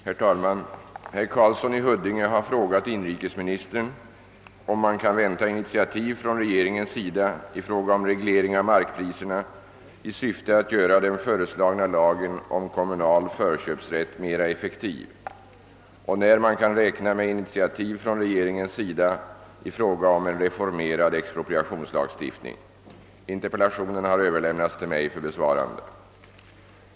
Herr talman! Herr Karlsson i Huddinge har frågat inrikesministern, om man kan vänta initiativ från regeringens sida i fråga om reglering av markpriserna i syfte att göra den föreslagna lagen om kommunal förköpsrätt mera effektiv och när man kan räkna med initiativ från regeringens sida i fråga om en reformerad expropriationslagstiftning. Interpellationen har överlämnats till mig för besvarande.